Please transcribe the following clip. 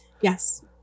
Yes